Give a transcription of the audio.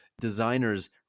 designers